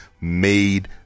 made